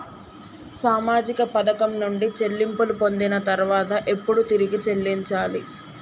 సామాజిక పథకం నుండి చెల్లింపులు పొందిన తర్వాత ఎప్పుడు తిరిగి చెల్లించాలి?